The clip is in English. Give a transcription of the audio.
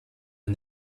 and